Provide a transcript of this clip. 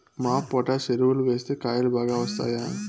MOP potash ఎరువులు వేస్తే కాయలు బాగా వస్తాయా?